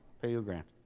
pay you a grand.